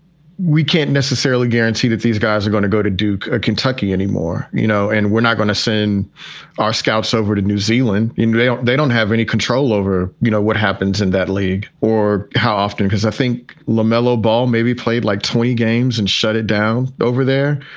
we can't necessarily guarantee that these guys are going to go to duke, kentucky anymore, you know, and we're not going to send our scouts over to new zealand. they um they don't have any control over, you know, what happens in that league or how often, because i think la melo ball maybe played like twenty games and shut it down over there.